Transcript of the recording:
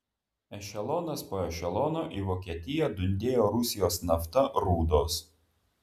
ešelonas po ešelono į vokietiją dundėjo rusijos nafta rūdos